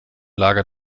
lager